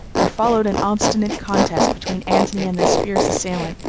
there followed an obstinate contest between antony and this fierce assailant,